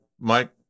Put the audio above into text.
Mike